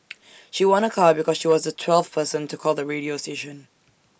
she won A car because she was the twelfth person to call the radio station